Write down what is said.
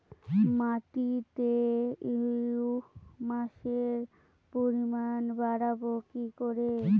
মাটিতে হিউমাসের পরিমাণ বারবো কি করে?